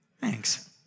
thanks